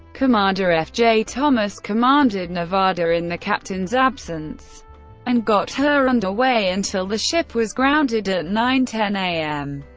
commander f. j. thomas commanded nevada in the captain's absence and got her under way until the ship was grounded at nine ten a m.